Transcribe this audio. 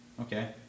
Okay